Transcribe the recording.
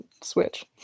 switch